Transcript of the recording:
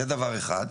זה דבר אחד.